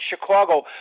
Chicago